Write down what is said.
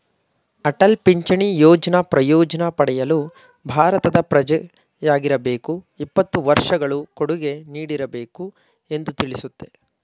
ಅಟಲ್ ಪಿಂಚಣಿ ಯೋಜ್ನ ಪ್ರಯೋಜ್ನ ಪಡೆಯಲು ಭಾರತದ ಪ್ರಜೆಯಾಗಿರಬೇಕು ಇಪ್ಪತ್ತು ವರ್ಷಗಳು ಕೊಡುಗೆ ನೀಡಿರಬೇಕು ಎಂದು ತಿಳಿಸುತ್ತೆ